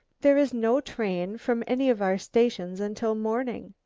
there is no train from any of our stations until morning.